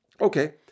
Okay